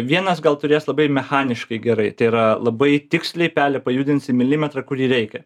vienas gal turės labai mechaniškai gerai tai yra labai tiksliai pelę pajudinsi milimetrą kur jį reikia